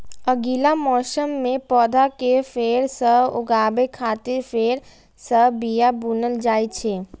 अगिला मौसम मे पौधा कें फेर सं उगाबै खातिर फेर सं बिया बुनल जाइ छै